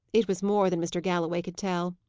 it was more than mr. galloway could tell.